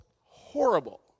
horrible